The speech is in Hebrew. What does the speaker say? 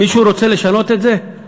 מישהו רוצה לשנות את זה?